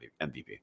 MVP